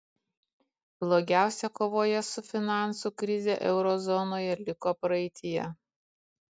blogiausia kovoje su finansų krize euro zonoje liko praeityje